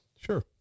Sure